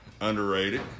underrated